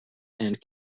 and